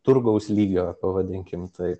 turgaus lygio pavadinkim taip